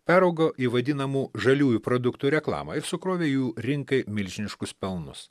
peraugo į vadinamų žaliųjų produktų reklamą ir sukrovė jų rinkai milžiniškus pelnus